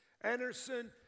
Anderson